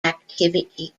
activity